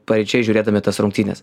paryčiais žiūrėdami tas rungtynes